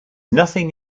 nothing